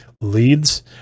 leads